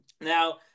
now